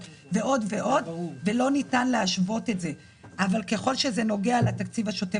המרכזית לכנסת לשנת 2022. ועדת הבחירות המרכזית במהלך השנתיים